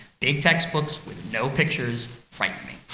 big textbooks with no pictures frighten me.